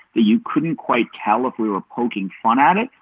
you couldn't quite callous. we were poking fun at it.